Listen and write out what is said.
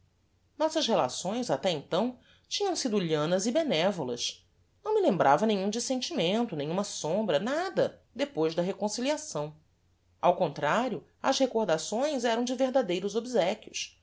nossas relações até então tinham sido lhanas e benevolas não me lembrava nenhum dissentimento nenhuma sombra nada depois da reconciliação ao contrario as recordações eram de verdadeiros obsequios